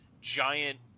giant